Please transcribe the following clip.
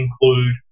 include